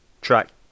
track